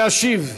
להשיב.